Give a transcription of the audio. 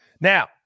now